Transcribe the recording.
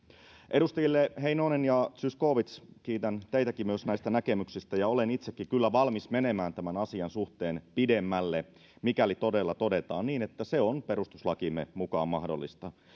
edustajille heinonen ja zyskowicz kiitän teitäkin myös näistä näkemyksistä olen itsekin kyllä valmis menemään tämän asian suhteen pidemmälle mikäli todella todetaan niin että se on perustuslakimme mukaan mahdollista